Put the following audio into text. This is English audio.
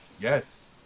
Yes